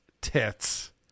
tits